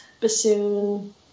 bassoon